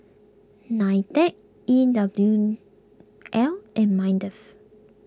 Nitec E W L and Mindef